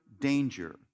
danger